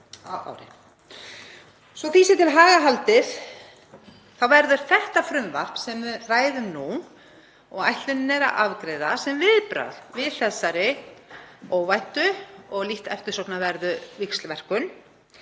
á ári. Svo því sé til haga haldið þá verður þetta frumvarp sem við ræðum nú og ætlunin er að afgreiða sem viðbragð við þessari óvæntu og lítt eftirsóknarverðu víxlverkun